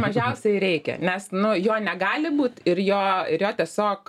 mažiausiai reikia nes nu jo negali būt ir jo ir jo tiesiog